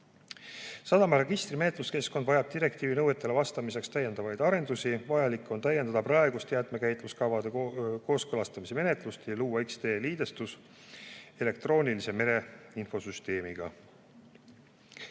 Sadamaregistri menetluskeskkond vajab direktiivi nõuetele vastamiseks täiendavaid arendusi. Vajalik on täiendada praegust jäätmekäitluskavade kooskõlastamise menetlust ja luua X-tee liidestus elektroonilise mereinfosüsteemiga.